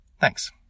Thanks